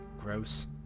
Gross